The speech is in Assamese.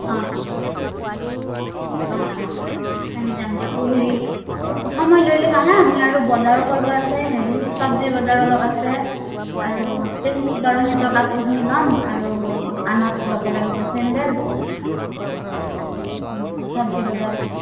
অঁ অঁ অঁ অঁ যাম দিয়ক আৰু হেৰি অলপ সময় লৈ হাঁ মই আৰু বজাৰো কৰিব আছে হেৰি চবজি বজাৰ অলপ আছে আৰু সিহঁতৰ কাপোৰখিনি ল'ম আৰু দোকানত ল'ব লাগিব চেণ্ডেল চবজি বজাৰ